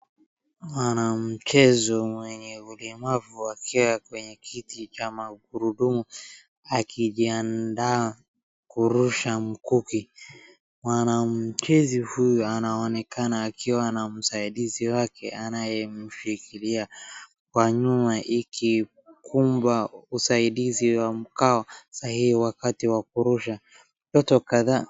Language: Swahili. Mwanamchezo mwenye ulemavu akiwa kwenye kiti cha magurudumu akijiandaa kurusha mkuki. Mwanamchezo huyu anaonekana akiwa na msaidizi wake anayemshikilia kwa nyuma ili kumpa usaidizi wa mkao sahihi wakati wakurusha. Watoto kadhaa.